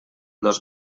dos